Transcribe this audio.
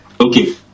Okay